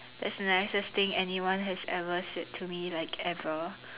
that's the nicest thing anyone has ever said to me like ever